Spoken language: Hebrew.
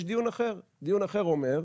אבל יש דיון אחר, דיון אחר אומר,